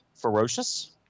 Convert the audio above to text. ferocious